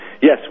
yes